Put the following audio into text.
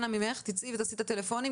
אנא ממך תצאי ותתקשרי בטלפון,